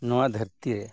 ᱱᱚᱣᱟ ᱫᱷᱟᱹᱨᱛᱤ ᱨᱮ